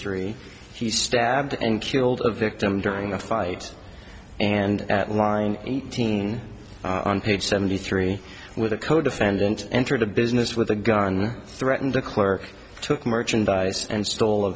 three he stabbed and killed the victim during a fight and at line eighteen on page seventy three with a codefendant entered the business with a gun threatened the clerk took merchandise and stole a